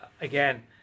again